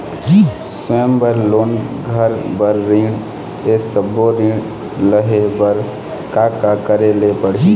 स्वयं बर लोन, घर बर ऋण, ये सब्बो ऋण लहे बर का का करे ले पड़ही?